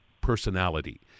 personality